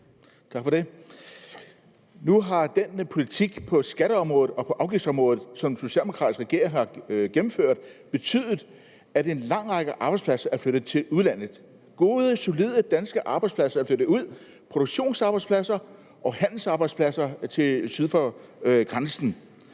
Tak for det. Nu har den politik på skatteområdet og afgiftsområdet, som den socialdemokratisk ledede regering har gennemført, betydet, at en lang række arbejdspladser er flyttet til udlandet. Gode og solide arbejdspladser er flyttet ud af landet. Det er produktionsarbejdspladser og handelsarbejdspladser, der er flyttet syd for grænsen.